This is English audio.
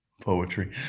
poetry